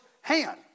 hand